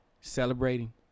Celebrating